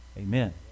Amen